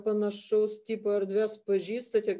panašaus tipo erdves pažįstate